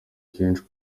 kenshi